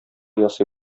ясый